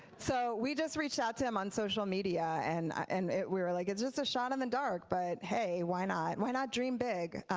so we just reached out to him on social media and and we were like it's just a shot in the dark but, hey why not. why not dream big?